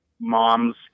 moms